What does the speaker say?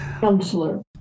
counselor